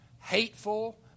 hateful